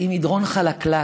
היא מדרון חלקלק,